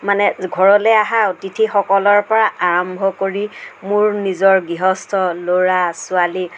মানে ঘৰলৈ অহা অতিথিসকলৰ পৰা আৰম্ভ কৰি মোৰ নিজৰ গৃহস্থ ল'ৰা ছোৱালী সকলো